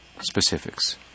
specifics